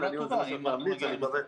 וזה מה שאני הולך להמליץ,